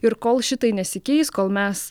ir kol šitai nesikeis kol mes